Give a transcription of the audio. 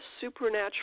supernatural